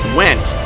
went